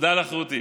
תודה לך, רותי.